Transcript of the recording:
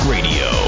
Radio